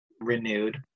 renewed